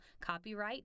copyright